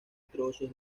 trozos